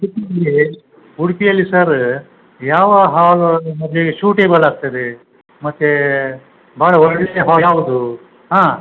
ಉಡುಪಿಯಲ್ಲಿ ಸರ್ರ್ ಯಾವ ಹಾಲ್ ಮದುವೆಗೆ ಶೂಟೇಬಲ್ ಆಗ್ತದೆ ಮತ್ತು ಭಾಳ ಒಳ್ಳೆಯ ಹಾಲ್ ಯಾವುದು ಹಾಂ